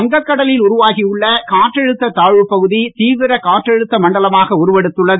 வங்கக்கடலில் உருவாகியுள்ள காற்றழுத்தப் பகுதி தீவிர காற்றழுத்த மண்டலமாக உருவெடுத்து உள்ளது